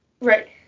right